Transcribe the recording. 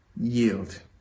yield